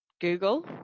Google